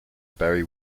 barry